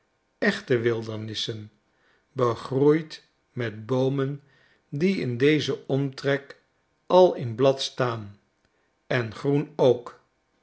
echte wildernissen begroeid met boomen die in dezen omtrek al in blad staan en groen ook